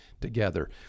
together